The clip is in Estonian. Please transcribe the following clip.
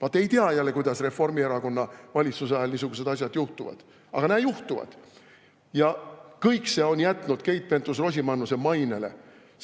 Vaat ei tea jälle, kuidas Reformierakonna valitsuse ajal niisugused asjad juhtuvad, aga näe, juhtuvad. Kõik see on jätnud Keit Pentus-Rosimannuse mainele